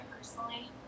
personally